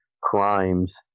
crimes